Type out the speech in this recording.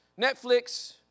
Netflix